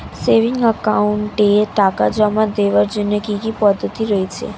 Savings একাউন্টে টাকা জমা দেওয়ার জন্য কি কি পদ্ধতি রয়েছে?